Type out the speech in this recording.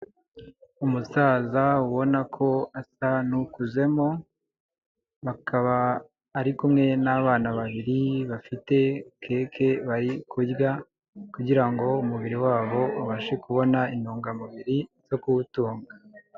Umusaza ubona ko asa n'ukuzemo akaba ari kumwe n'abana babiri bafite keke bari kurya, kugirango ngo umubiri wabo ubashe kubona intungamubiri zo kuwutunga.